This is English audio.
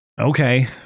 Okay